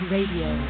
Radio